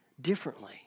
differently